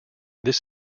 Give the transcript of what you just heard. this